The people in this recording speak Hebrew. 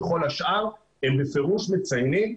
בכל השאר הם בפירוש מציינים,